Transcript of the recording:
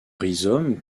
rhizome